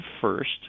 first